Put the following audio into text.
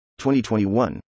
2021